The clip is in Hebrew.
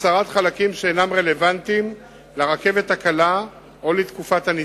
החסרת חלקים שאינם רלוונטיים לרכבת הקלה או לתקופת הניסוי.